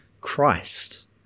Christ